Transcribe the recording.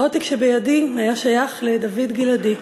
העותק שבידי היה שייך לדוד גלעדי,